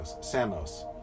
Samos